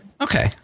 Okay